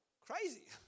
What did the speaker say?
crazy